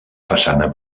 façana